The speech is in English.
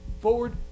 Forward